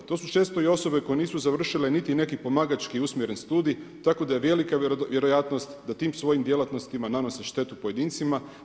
To su često i osobe koje nisu završile niti neki pomagači i usmjeren studij, tako da je velika vjerojatnost, da tim svojim djelatnostima nanose štetu pojedincima.